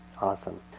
Awesome